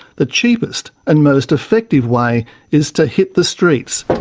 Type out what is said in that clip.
the cheapest and most effective way is to hit the streets,